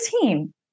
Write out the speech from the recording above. team